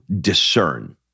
discern